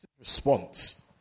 response